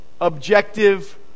objective